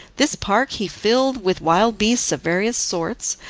this park he filled with wild beasts of various sorts,